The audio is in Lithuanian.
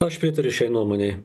aš pritariu šiai nuomonei